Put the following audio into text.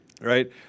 Right